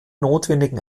notwendigen